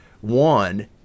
one